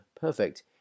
perfect